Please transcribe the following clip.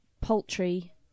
poultry